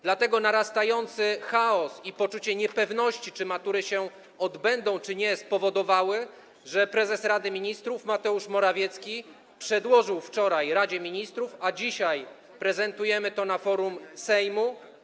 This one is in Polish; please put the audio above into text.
Dlatego narastający chaos i poczucie niepewności, czy matury się odbędą, czy nie, spowodowały, że prezes Rady Ministrów Mateusz Morawiecki przedłożył wczoraj Radzie Ministrów projekt ustawy, który dzisiaj prezentujemy na forum Sejmu.